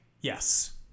Yes